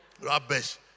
Rubbish